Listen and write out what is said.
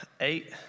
Eight